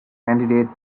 candidates